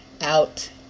out